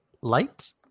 light